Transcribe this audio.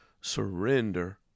surrender